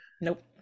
nope